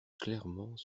clairement